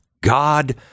God